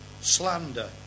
slander